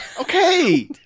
Okay